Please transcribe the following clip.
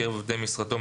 מקרב עובדי משרדו,